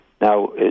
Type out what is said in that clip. Now